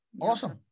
awesome